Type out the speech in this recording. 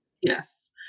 yes